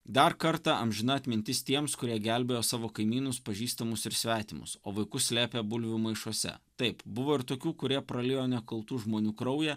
dar kartą amžina atmintis tiems kurie gelbėjo savo kaimynus pažįstamus ir svetimus o vaikus slėpė bulvių maišuose taip buvo ir tokių kurie praliejo nekaltų žmonių kraują